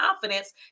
confidence